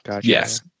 yes